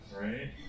Right